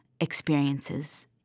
experiences